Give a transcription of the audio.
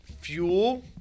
fuel